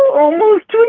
almost